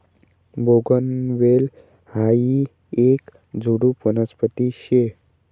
बोगनवेल हायी येक झुडुप वनस्पती शे